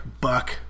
Buck